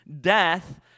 Death